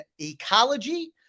ecology